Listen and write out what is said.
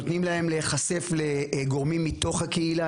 נותנים להם להיחשף לגומרים מתוך הקהילה,